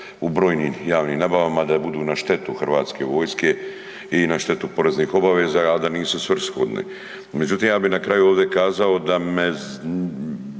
u brojnim javnim nabavama, da budu na štetu hrvatske vojske i na štetu poreznih obaveza, a da nisu svrsishodne. Međutim ja bi na kraju ovdje kazao da me,